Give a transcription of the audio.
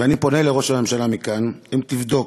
ואני פונה לראש הממשלה מכאן: אם תבדוק,